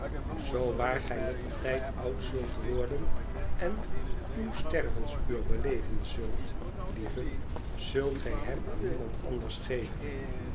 zoo waar gij mettertijd oud zult worden en uw stervensuur beleven zult lieve zult gij hem aan niemand anders geven